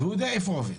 והוא יודע איפה הוא עובד.